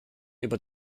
über